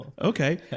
okay